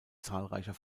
zahlreicher